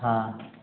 हाँ